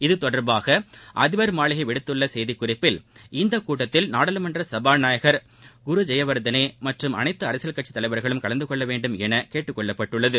இதுதொடர்பாக அதிபர் மாளிகை விடுத்துள்ள செய்திக்குறிப்பில் இந்த கூட்டத்தில் நாடாளுமன்ற சபாநாயகர் குருஜெயவர்த்தனே மற்றும் அனைத்து அரசியல் கட்சித்தலைவர்களும் கலந்துகொள்ளவேண்டும் என கேட்டுக்கொள்ளப்பட்டுள்ளது